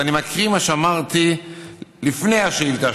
אז אני מקריא מה שאמרתי לפני השאילתה